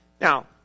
Now